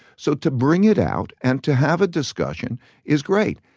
so to bring it out and to have a discussion is great.